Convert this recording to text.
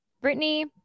Brittany